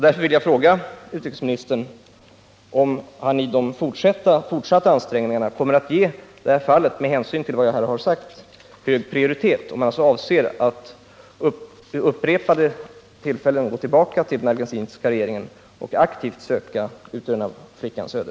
Därför vill jag fråga utrikesministern om han i de fortsatta ansträngningarna — med hänsyn till vad jag här har sagt — kommer att ge det här fallet prioritet och om han avser att vid upprepade tillfällen återkomma till den argentiska regeringen och aktivt söka utröna flickans öde.